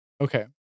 Okay